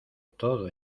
todo